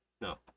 no